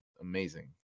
amazing